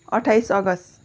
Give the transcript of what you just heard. अट्ठाइस अगस्त